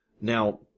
Now